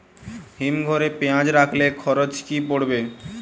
হিম ঘরে পেঁয়াজ রাখলে খরচ কি পড়বে?